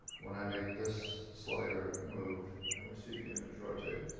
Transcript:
when i make this slider move and we see the image rotate.